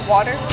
Water